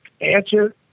answer